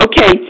Okay